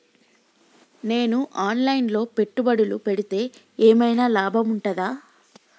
నేను online లో పెట్టుబడులు పెడితే ఏమైనా లాభం ఉంటదా?